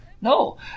No